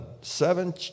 Seven